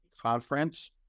conference